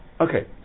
Okay